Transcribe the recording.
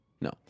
No